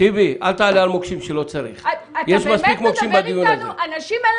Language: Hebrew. עם רווחים שאתם מציגים